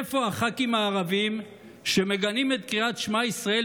איפה הח"כים הערבים שמגנים את קריאת שמע ישראל